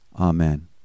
amen